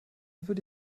würde